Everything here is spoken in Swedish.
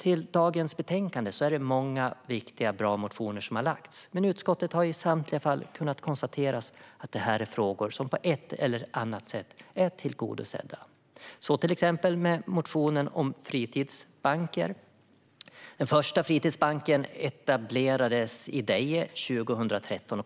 I detta betänkande har många viktiga motioner lagts fram. Men utskottet har i samtliga fall kunnat konstatera att det är frågor som på ett eller annat sätt är tillgodosedda. Det gäller till exempel motionen om fritidsbanker. Den första fritidsbanken etablerades i Deje 2013.